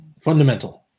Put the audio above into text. fundamental